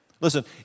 Listen